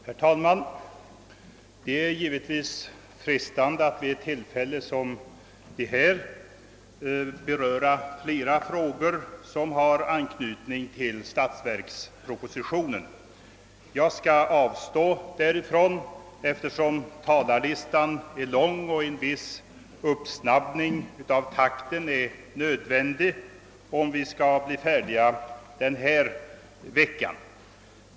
Herr talman! Det är givetvis frestande att vid ett tillfälle som detta beröra flera frågor som har anknytning till statsverkspropositionen, men jag skall avstå därifrån eftersom talarlistan är lång och en viss uppsnabbning av takten är nödvändig om vi skall bli färdiga denna vecka!